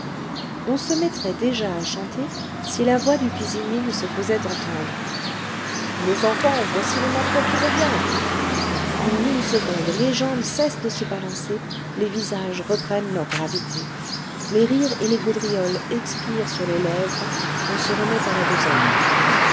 on se mettrait déjà à chanter si la voix du cuisinier ne se faisait entendre mes enfants voici le maquereau qui revient en une seconde les jambes cessent de se balancer les visages reprennent leur gravité les rires et les gaudrioles expirent sur les lèvres on se remet à la besogne